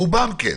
רובם כן.